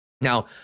Now